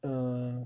err